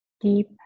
deep